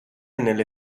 nelle